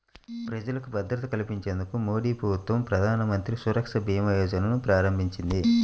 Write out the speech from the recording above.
ప్రజలకు భద్రత కల్పించేందుకు మోదీప్రభుత్వం ప్రధానమంత్రి సురక్షభీమాయోజనను ప్రారంభించింది